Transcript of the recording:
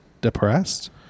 depressed